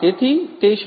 તેથી તે શ્રી